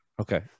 Okay